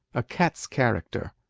a cat's character.